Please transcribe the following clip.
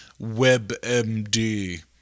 WebMD